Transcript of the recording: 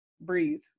breathe